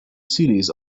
series